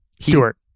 Stewart